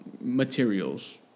materials